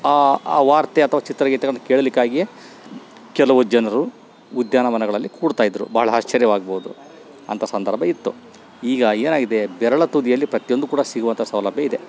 ಆ ಆ ವಾರ್ತೆ ಅಥವಾ ಚಿತ್ರಗೀತೆಗಳನ್ನು ಕೇಳಲಿಕ್ಕಾಗಿಯೆ ಕೆಲವು ಜನರು ಉದ್ಯಾನವನಗಳಲ್ಲಿ ಕೂಡ್ತಾಯಿದ್ರು ಭಾಳ ಆಶ್ಚರ್ಯವಾಗ್ಬೌದು ಅಂಥ ಸಂದರ್ಭ ಇತ್ತು ಈಗ ಏನಾಗಿದೆ ಬೆರಳ ತುದಿಯಲ್ಲಿ ಪ್ರತಿಯೊಂದು ಕೂಡ ಸಿಗುವಂಥ ಸೌಲಭ್ಯ ಇದೆ